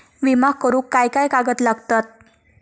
विमा करुक काय काय कागद लागतत?